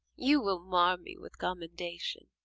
you will mar me with commendation,